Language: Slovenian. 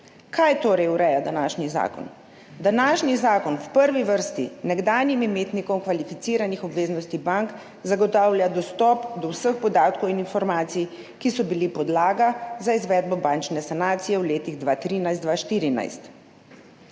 Kaj torej ureja današnji zakon? Današnji zakon v prvi vrsti nekdanjim imetnikom kvalificiranih obveznosti bank zagotavlja dostop do vseh podatkov in informacij, ki so bili podlaga za izvedbo bančne sanacije v letih 2013 in 2014.